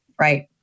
right